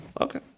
okay